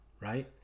right